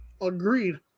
Agreed